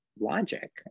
logic